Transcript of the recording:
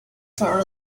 for